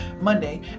Monday